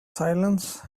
silence